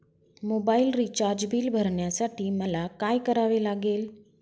Mobile recharge bill भरण्यासाठी मला काय करावे लागेल?